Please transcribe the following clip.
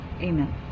Amen